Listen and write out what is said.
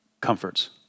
comforts